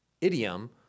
idiom